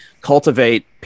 cultivate